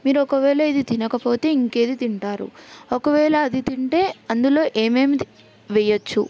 మీరు ఒకవేళ ఇది తినకపోతే ఇంక ఏది తింటారు ఒకవేళ అది తింటే అందులో ఏమేమి వేయవచ్చు